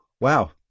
wow